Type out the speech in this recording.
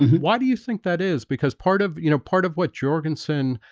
why do you think that is because part of you know part of what jorgensen?